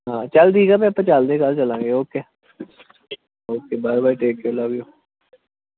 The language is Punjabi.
ਹਾਂ ਚਲ ਠੀਕ ਆ ਮੈਂ ਆਪਾਂ ਚਲਦੇ ਕੱਲ ਚਲਾਂਗੇ okay bye bye take care love you